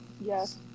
Yes